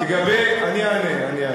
אני אענה.